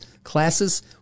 classes